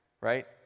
right